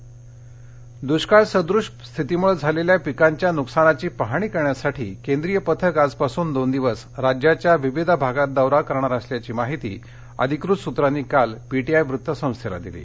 दष्काळ पथक दुष्काळसदृश्य स्थितीमुळे झालेल्या पिकांच्या नुकसानीची पाहणी करण्यासाठी केंद्रीय पथक आजपासून दोन दिवस राज्याच्या विविध भागात दौरा करणार असल्याची माहिती अधिकृत सूत्रांनी काल पीटीआय वृत्तसंस्थेला दिली